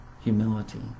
humility